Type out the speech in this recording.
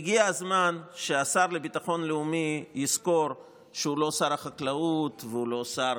הגיע הזמן שהשר לביטחון לאומי יזכור שהוא לא שר החקלאות והוא לא שר